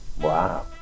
Wow